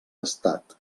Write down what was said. estat